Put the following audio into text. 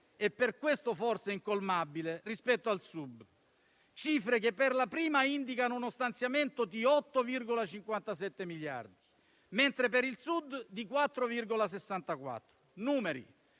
e per questo forse incolmabile rispetto al Sud. Le cifre per la prima indicano uno stanziamento di 8,57 miliardi, mentre per il Sud di 4,64. Numeri,